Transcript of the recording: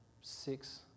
six